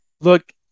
look